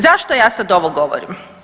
Zašto ja sad ovo govorim?